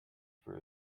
for